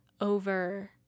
over